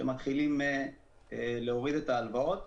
שמתחילים להוריד את ההלוואות.